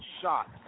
shot